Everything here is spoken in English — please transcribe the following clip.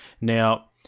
Now